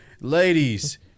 ladies